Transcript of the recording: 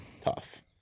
Tough